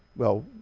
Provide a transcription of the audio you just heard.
well,